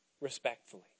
respectfully